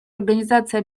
организации